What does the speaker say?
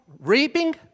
reaping